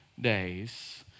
days